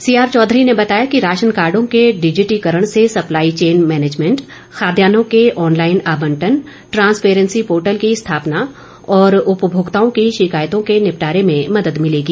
CR Chaudhary ने बताया कि राशनकार्डो के डिजिटीकरण से सप्लाई चैन मैनेजमेंट खाद्यान्नों के ऑनलाईन आबंटन ट्रांसपेरेंसी पोर्टल की स्थापना और उपभोक्ताओं की शिकायतों के निपटारे में मदद मिलेगी